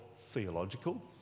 theological